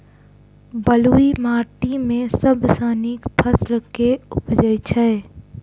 बलुई माटि मे सबसँ नीक फसल केँ उबजई छै?